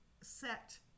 set